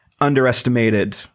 underestimated